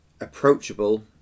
approachable